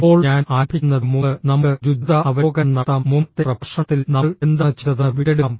ഇപ്പോൾ ഞാൻ ആരംഭിക്കുന്നതിന് മുമ്പ് നമുക്ക് ഒരു ദ്രുത അവലോകനം നടത്താം മുമ്പത്തെ പ്രഭാഷണത്തിൽ നമ്മൾ എന്താണ് ചെയ്തതെന്ന് വീണ്ടെടുക്കാം